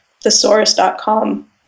thesaurus.com